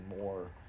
more